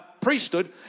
priesthood